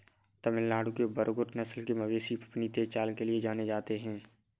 तमिलनाडु के बरगुर नस्ल के मवेशी अपनी तेज चाल के लिए जाने जाते हैं